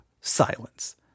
silence